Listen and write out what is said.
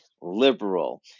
liberal